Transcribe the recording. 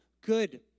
Good